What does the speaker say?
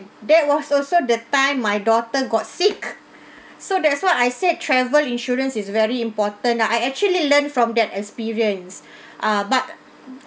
that was also the time my daughter got sick so that's why I said travel insurance is very important ah I actually learn from that experience ah but